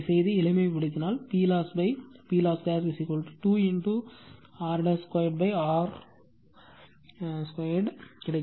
செய்து எளிமைப்படுத்தினால் PLoss PLoss 2 r 2 r2 கிடைக்கும்